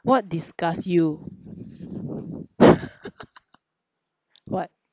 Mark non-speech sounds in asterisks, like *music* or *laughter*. what disgusts you *laughs* what